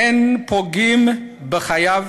אין פוגעים בחייו,